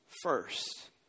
first